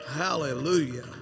hallelujah